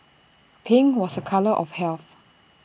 pink was A colour of health